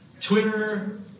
Twitter